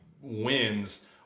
wins